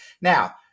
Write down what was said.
Now